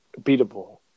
beatable